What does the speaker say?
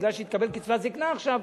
מכיוון שהיא תקבל קצבת זיקנה עכשיו,